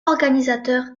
organisateur